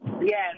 Yes